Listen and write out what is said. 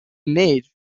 mage